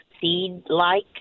seed-like